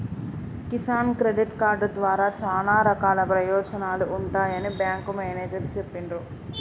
Kisan credit card ద్వారా చానా రకాల ప్రయోజనాలు ఉంటాయని బేంకు మేనేజరు చెప్పిన్రు